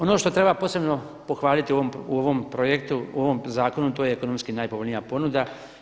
Ono što treba posebno pohvaliti u ovo projektu, u ovom zakonu, to je ekonomski najpovoljnija ponuda.